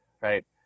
Right